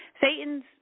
Satan's